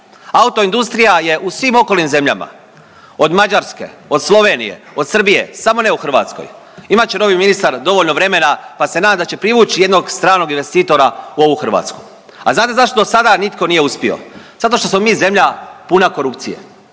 Autoindustrija je u svim okolnim zemljama od Mađarske, od Slovenije, od Srbije, samo ne u Hrvatskoj. Imat će novi ministar dovoljno vremena, pa se nadam da će privući jednog stranog investitora u ovu Hrvatsku. A znate zašto sada nitko nije uspio? Zato što smo mi zemlja puna korupcije.